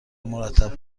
مرتب